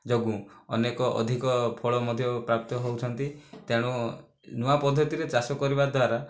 ଯୋଗୁଁ ଅନେକ ଅଧିକ ଫଳ ମଧ୍ୟ ପ୍ରାପ୍ତ ହେଉଛନ୍ତି ତେଣୁ ନୂଆ ପଦ୍ଧତିରେ ଚାଷ କରିବା ଦ୍ୱାରା